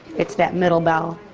it's that middle bell.